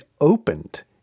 opened